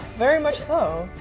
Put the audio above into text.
very much so.